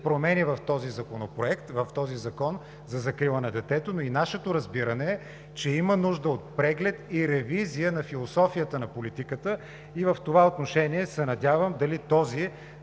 промени в този законопроект – в Закона за закрила на детето, но и нашето разбиране е, че има нужда от преглед и ревизия на философията на политиката и в това отношение се надявам дали този,